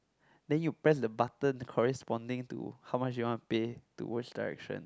then you press the button corresponding to how much you want to pay to which direction